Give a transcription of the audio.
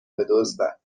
بدزدن